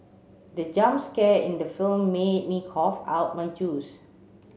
the jump scare in the film made me cough out my juice